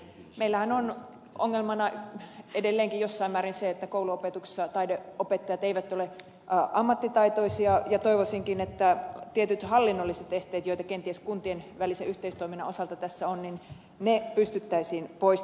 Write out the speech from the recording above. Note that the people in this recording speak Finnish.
meillähän on ongelmana edelleenkin jossain määrin se että kouluopetuksessa taideopettajat eivät ole ammattitaitoisia ja toivoisinkin että tietyt hallinnolliset esteet joita kenties kuntien välisen yhteistoiminnan osalta tässä on pystyttäisiin poistamaan